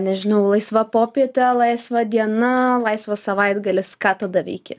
nežinau laisva popietė laisva diena laisvas savaitgalis ką tada veiki